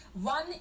One